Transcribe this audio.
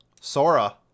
Sora